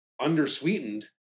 undersweetened